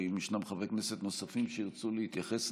שאם יש חברי כנסת נוספים שירצו להתייחס,